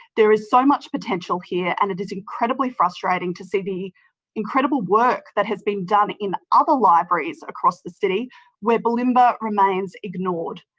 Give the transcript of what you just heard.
there is so much potential here and it is incredibly frustrating to see the incredible work that has been done in other libraries across the city where bulimba remains ignored.